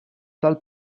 dal